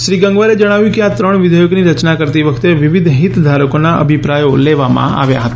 શ્રી ગંગવારે જણાવ્યું કે આ ત્રણ વિધેયકોની રચના કરતી વખતે વિવિધ હિતધારકોના અભિપ્રાયો લેવામાં આવ્યા હતા